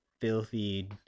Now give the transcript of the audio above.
filthy